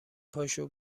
پاشو